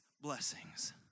blessings